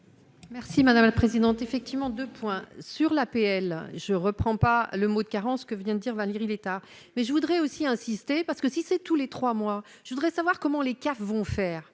Merci madame la présidente, effectivement, de points sur l'APL je reprends pas le mot de carence que vient de dire Valérie Létard. Mais je voudrais aussi insister parce que si c'est tous les 3 mois, je voudrais savoir comment les CAF vont faire,